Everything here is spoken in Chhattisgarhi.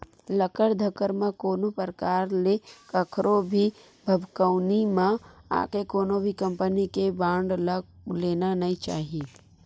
लकर धकर म कोनो परकार ले कखरो भी भभकउनी म आके कोनो भी कंपनी के बांड ल लेना नइ चाही